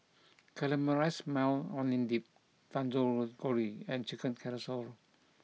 Caramelized Maui Onion Dip Dangojiru and Chicken Carrousel